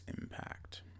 impact